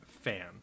fan